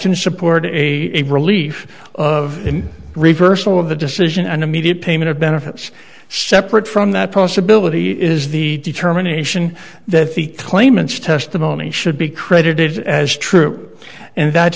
in support of a relief of a reversal of the decision and immediate payment of benefits separate from that possibility is the determination that the claimants testimony should be credited as true and that